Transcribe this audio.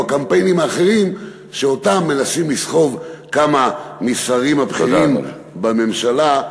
או הקמפיינים האחרים שאותם מנסים לסחוב כמה מהשרים הבכירים בממשלה,